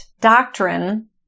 Doctrine